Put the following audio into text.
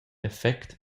effect